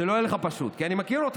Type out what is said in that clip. שלא יהיה לך פשוט, כי אני מכיר אותך.